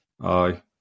aye